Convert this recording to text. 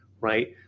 right